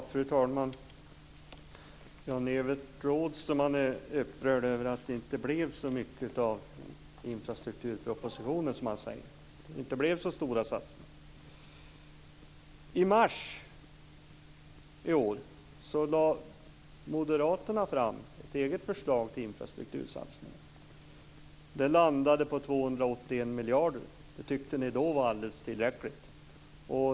Fru talman! Jan-Evert Rådhström är upprörd över att det, som han säger, inte blev så mycket av infrastrukturpropositionen. Det blev inte så stora satsningar. I mars i år lade Moderaterna fram ett eget förslag till infrastruktursatsning. Det landade på 281 miljarder. Det tyckte ni då var alldeles tillräckligt.